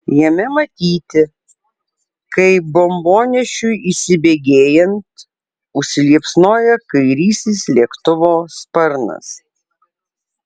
jame matyti kaip bombonešiui įsibėgėjant užsiliepsnoja kairysis lėktuvo sparnas